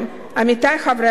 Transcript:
עמיתי חברי הכנסת,